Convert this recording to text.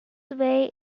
way